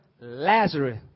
Lazarus